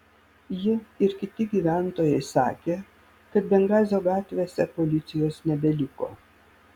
ji ir kiti gyventojai sakė kad bengazio gatvėse policijos nebeliko